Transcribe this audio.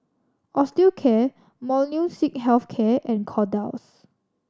Osteocare Molnylcke Health Care and Kordel's